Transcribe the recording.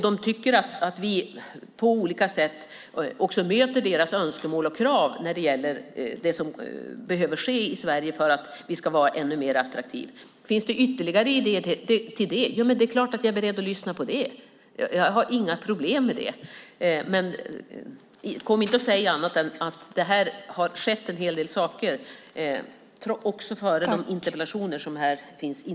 De tycker att vi på olika sätt också möter deras önskemål och krav när det gäller det som behöver ske i Sverige för att vi ska vara ännu mer attraktiva. Finns det ytterligare idéer till det är det klart att jag är beredd att lyssna. Jag har inga problem med det. Kom inte och säg annat än att det har skett en hel del saker också innan de här interpellationerna lämnades in.